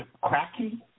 cracky